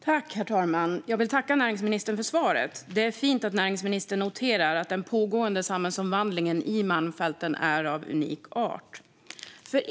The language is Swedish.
Herr talman! Jag vill tacka näringsministern för svaret. Det är fint att näringsministern noterar att den pågående samhällsomvandlingen i Malmfälten är av unik art.